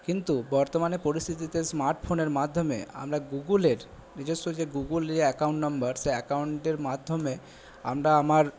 কিন্তু বর্তমানে পরিস্থিতিতে স্মার্টফোনের মাধ্যমে আমরা গুগুলের নিজস্ব যে গুগুল যে অ্যাকাউন্ট নাম্বার সেই অ্যাকাউন্টের মাধ্যমে আমরা আমার